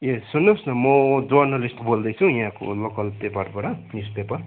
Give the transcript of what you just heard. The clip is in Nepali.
ए सुन्नुहोस् न म जर्नलिस्ट बोल्दैछु यहाँको लोकल पेपरबाट न्युजपेपर